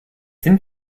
sind